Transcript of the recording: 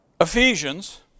Ephesians